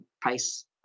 price